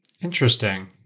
Interesting